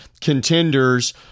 contenders